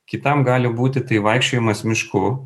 kitam gali būti tai vaikščiojimas mišku